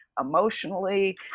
emotionally